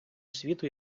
світу